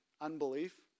unbelief